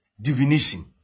divination